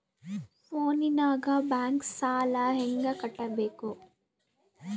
ಫೋನಿನಾಗ ಬ್ಯಾಂಕ್ ಸಾಲ ಹೆಂಗ ಕಟ್ಟಬೇಕು?